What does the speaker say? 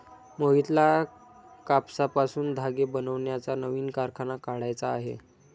मोहितला कापसापासून धागे बनवण्याचा नवीन कारखाना काढायचा आहे